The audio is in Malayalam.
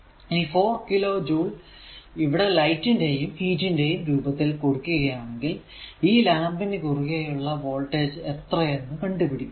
ഇനി 4 കിലോ ജൂൾ ഇവിടെ ലൈറ്റ് ന്റെ യും ഹീറ്റ് ന്റെയും രൂപത്തിൽ കൊടുക്കുകയാണേൽ ഈ ലാമ്പിനു കുറുകെ ഉള്ള വോൾടേജ് എത്രയെന്നു കണ്ടുപിടിക്കുക